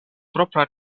propra